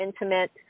intimate